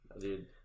Dude